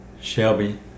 Shelby